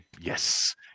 yes